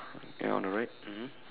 ya on the right mmhmm